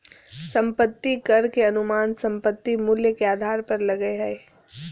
संपत्ति कर के अनुमान संपत्ति मूल्य के आधार पर लगय हइ